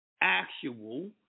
Actual